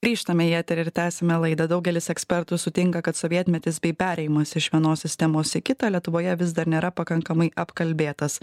grįžtame į eterį ir tęsiame laidą daugelis ekspertų sutinka kad sovietmetis bei perėjimas iš vienos sistemos į kitą lietuvoje vis dar nėra pakankamai apkalbėtas